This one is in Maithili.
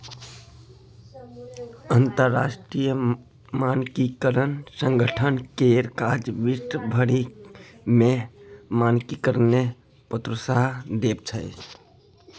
अंतरराष्ट्रीय मानकीकरण संगठन केर काज विश्व भरि मे मानकीकरणकेँ प्रोत्साहन देब छै